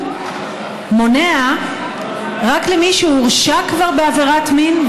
מונע רק למי שהורשע כבר בעבירת מין,